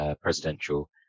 presidential